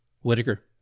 Whitaker